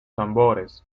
tambores